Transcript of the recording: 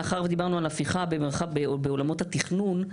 מאחר ודיברנו על הפיכה בעולמות התכנון,